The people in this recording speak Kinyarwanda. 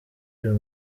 uyu